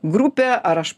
grupė ar aš